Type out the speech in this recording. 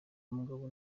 umugabo